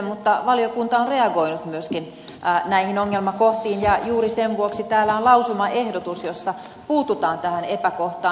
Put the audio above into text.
mutta valiokunta on reagoinut myöskin näihin ongelmakohtiin ja juuri sen vuoksi täällä on lausumaehdotus jossa puututaan tähän epäkohtaan